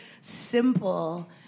simple